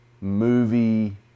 movie